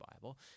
Bible